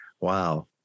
wow